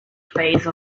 phase